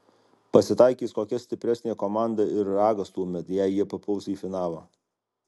pasitaikys kokia stipresnė komanda ir ragas tuomet jei jie papuls į finalą